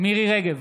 מירי מרים רגב,